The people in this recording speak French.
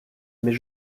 mais